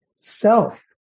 self